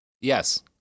Yes